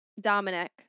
Dominic